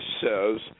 says